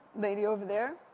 lady over there.